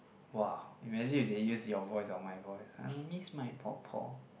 !wah! imagine if they use your voice or my voice I miss my por-por